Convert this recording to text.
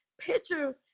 picture